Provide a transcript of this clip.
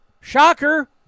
Shocker